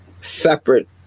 separate